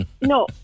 No